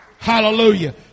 hallelujah